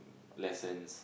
lessons